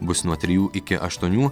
bus nuo trijų iki aštuonių